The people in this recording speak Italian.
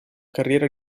carriera